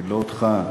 לא אותך,